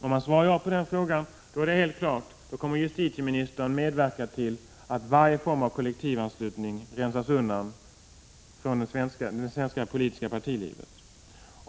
Om han svarar ja på den frågan är det helt klart att han kommer att medverka till att varje form av kollektivanslutning rensas undan från svenska politiska partier.